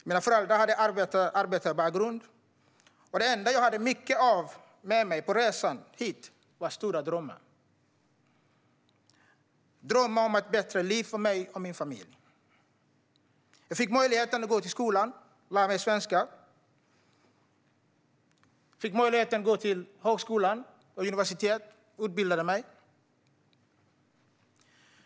Mina föräldrar hade arbetarbakgrund, och det enda jag hade mycket av på resan hit var stora drömmar - drömmar om ett bättre liv för mig och min familj. Jag fick möjlighet att gå i skolan, lära mig svenska och gå på högskola och universitet för att utbilda mig.